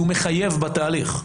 מחייב בתהליך,